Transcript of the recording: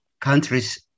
countries